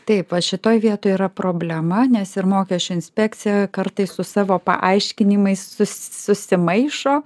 taip va šitoj vietoj yra problema nes ir mokesčių inspekcija kartais su savo paaiškinimais sus susimaišo